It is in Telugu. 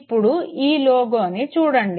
ఇప్పుడు ఈ లోగోని చూడండి